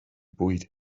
bwyd